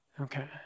Okay